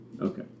Okay